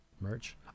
Merch